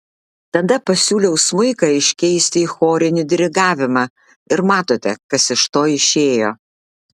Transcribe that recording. tada pasiūliau smuiką iškeisti į chorinį dirigavimą ir matote kas iš to išėjo